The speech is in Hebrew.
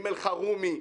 עם אלחרומי.